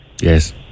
Yes